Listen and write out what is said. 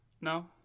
No